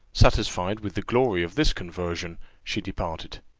satisfied with the glory of this conversion, she departed.